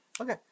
okay